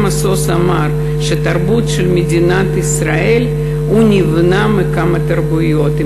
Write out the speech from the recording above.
עמוס עוז אמר שהתרבות של מדינת ישראל נבנית מכמה תרבויות,